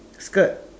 skirt